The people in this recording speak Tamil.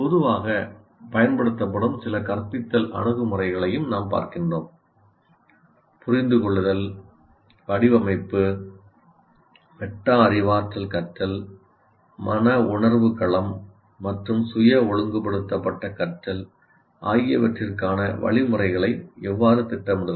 பொதுவாகப் பயன்படுத்தப்படும் சில கற்பித்தல் அணுகுமுறைகளையும் நாம் பார்க்கிறோம் புரிந்துகொள்ளுதல் வடிவமைப்பு மெட்டா அறிவாற்றல் கற்றல் மன உணர்வு களம் மற்றும் சுய ஒழுங்குபடுத்தப்பட்ட கற்றல் ஆகியவற்றிற்கான வழிமுறைகளை எவ்வாறு திட்டமிடுவது